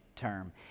term